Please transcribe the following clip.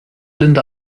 linda